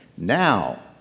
Now